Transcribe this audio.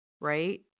right